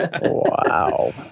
Wow